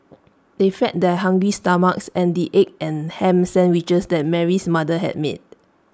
they fed their hungry stomachs and the egg and Ham Sandwiches that Mary's mother had made